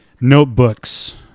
notebooks